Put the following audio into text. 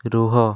ରୁହ